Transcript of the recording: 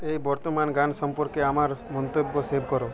এই বর্তমান গান সম্পর্কে আমার মন্তব্য সেভ করো